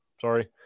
sorry